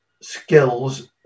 skills